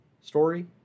story